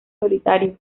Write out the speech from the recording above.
solitario